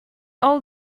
all